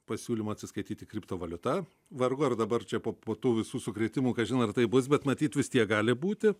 pasiūlymo atsiskaityti kriptovaliuta vargu ar dabar čia po tų visų sukrėtimų kažin ar taip bus bet matyt vis tiek gali būti